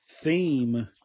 theme